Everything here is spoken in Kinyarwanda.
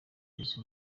blaze